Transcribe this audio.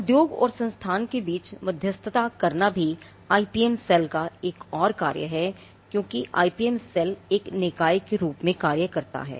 उद्योग और संस्थान के बीच मध्यस्थता करना भी IPM सेल का एक और कार्य है क्योंकि IPM सेल एक निकाय के रूप में कार्य करता है